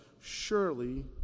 surely